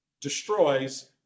destroys